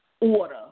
order